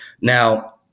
Now